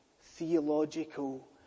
theological